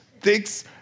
thinks